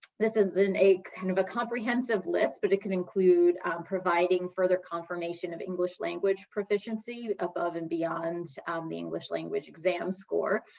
this is in a kind of a comprehensive list, but it can include providing further confirmation of english language proficiency above and beyond the english language exam score.